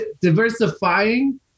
diversifying